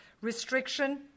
restriction